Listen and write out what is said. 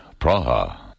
Praha